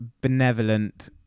benevolent